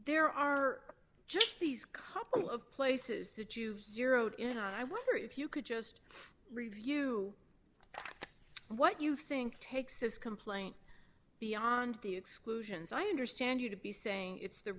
there are just these couple of places to zero to zero in on i wonder if you could just review what you think takes his complaint beyond the exclusions i understand you to be saying it's the